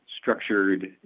structured